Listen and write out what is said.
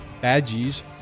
badges